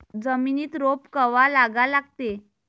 जमिनीत रोप कवा लागा लागते?